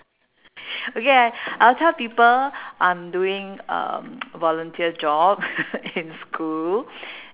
okay I I will tell people I'm doing um volunteer job in school